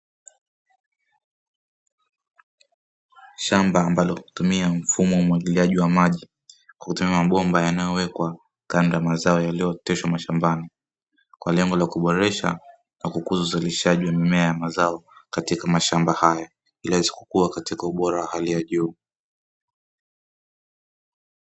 Shamba ambalo hutumia mfumo wa umwagiliaji wa maji kutoka kwenye mabomba yaliyowekwa pembeni ya mazao yaliyooteshwa mashambani kwaajili ya kuboresha na kukuza uzalishaji wa mazao katika mashamba hayo, ili yaweze kukua katika ubora wa hali ya juu.